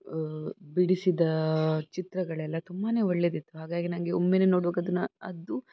ಬಿಡಿಸಿದ ಚಿತ್ರಗಳೆಲ್ಲ ತುಂಬಾ ಒಳ್ಳೆಯದಿತ್ತು ಹಾಗಾಗಿ ನನಗೆ ಒಮ್ಮೆಲೆ ನೋಡುವಾಗ ಅದನ್ನು ಅದು